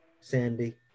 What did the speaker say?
Sandy